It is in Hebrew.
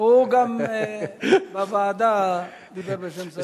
הוא גם בוועדה דיבר בשם שר השיכון.